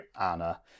anna